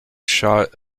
shot